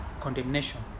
condemnation